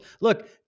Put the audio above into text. Look